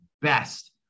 best